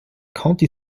county